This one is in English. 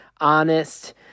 honest